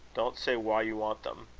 don't say why you want them.